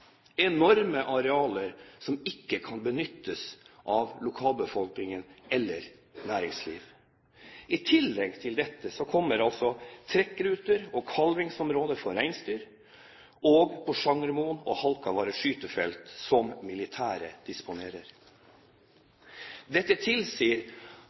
enorme arealer, som ikke kan benyttes av lokalbefolkningen eller næringslivet. I tillegg til dette kommer trekkruter og kalvingsområder for reinsdyr og Porsangermoen og Halkavarre skytefelt, som det militære disponerer. Dette tilsier